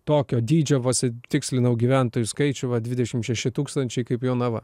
tokio dydžio pasitikslinau gyventojų skaičių dvidešimt šeši tūkstančiai kaip jonava